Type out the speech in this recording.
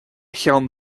cheann